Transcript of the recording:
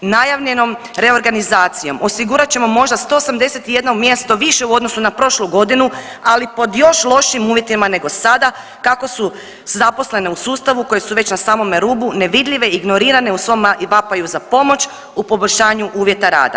Najavljenom reorganizacijom osigurat ćemo možda 181 mjesto više u odnosu na prošlu godinu, ali pod još lošijim uvjetima nego sada kako su zaposlene u sustavu koje su već na samome rubu nevidljive, ignorirane u svom vapaju za pomoć, u poboljšanju uvjeta rada.